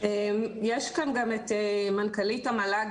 נמצאת כאן גם מנכ"לית המל"ג,